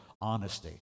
honesty